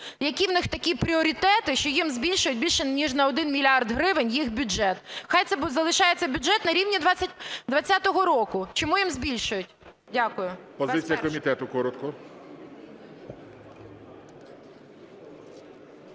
які у них такі пріоритети, що їм збільшують більше ніж на 1 мільярд гривень їх бюджет. Хай це залишається бюджет на рівні 2020 року. Чому їм збільшують? Дякую. ГОЛОВУЮЧИЙ. Позиція комітету, коротко.